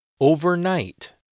Overnight